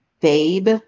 babe